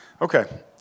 Okay